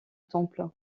temple